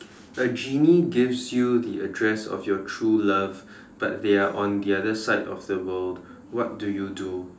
a genie gives you the address of your true love but they are on the other side of the world what do you do